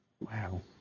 Wow